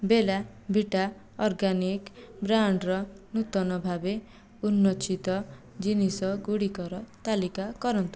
ବେଲା Vita organic ବ୍ରାଣ୍ଡ୍ର ନୂତନ ଭାବେ ଉନ୍ମୋଚିତ ଜିନିଷ ଗୁଡ଼ିକର ତାଲିକା କରନ୍ତୁ